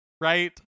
Right